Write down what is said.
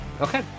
Okay